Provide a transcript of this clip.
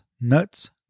nuts